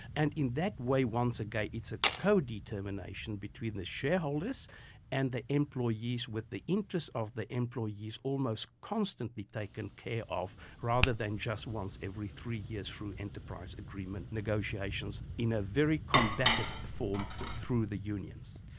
and in that way, once again, it's a codetermination between the shareholders and the employees, with the interest of the employee's almost constantly taken care of, rather than just once every three years through enterprise agreement negotiations in a very combative form through the unions.